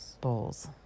Bowls